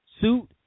suit